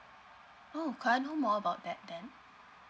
oh could I know more about that then